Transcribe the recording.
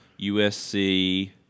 USC